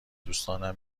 دوستام